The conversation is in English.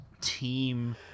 team